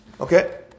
Okay